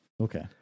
Okay